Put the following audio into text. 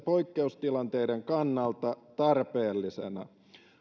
poikkeustilanteiden kannalta tarpeellisena